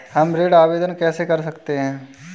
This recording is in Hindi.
हम ऋण आवेदन कैसे कर सकते हैं?